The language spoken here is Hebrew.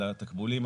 על התקבולים,